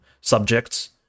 subjects